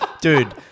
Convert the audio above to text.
Dude